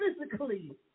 physically